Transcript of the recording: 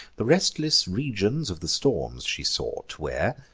the restless regions of the storms she sought, where,